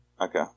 Okay